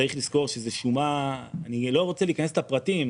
צריך לזכור שזה שומה, אני לא רוצה להיכנס לפרטים.